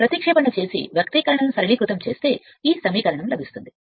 ప్రతిక్షేపణ చేసి వ్యక్తీకరణను సరళీకృతం చేస్తే ఈ సమీకరణం ఉంటుంది సరైనది